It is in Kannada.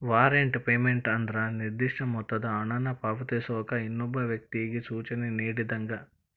ವಾರೆಂಟ್ ಪೇಮೆಂಟ್ ಅಂದ್ರ ನಿರ್ದಿಷ್ಟ ಮೊತ್ತದ ಹಣನ ಪಾವತಿಸೋಕ ಇನ್ನೊಬ್ಬ ವ್ಯಕ್ತಿಗಿ ಸೂಚನೆ ನೇಡಿದಂಗ